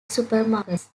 supermarkets